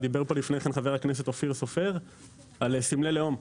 דיבר פה לני כן ח"כ אופיר סופר על סמלי לאום.